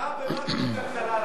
הרצאה במקרו-כלכלה.